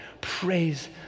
Praise